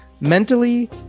Mentally